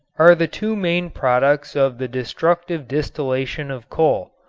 are the two main products of the destructive distillation of coal.